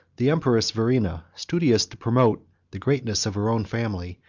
the empress verina, studious to promote the greatness of her own family,